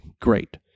Great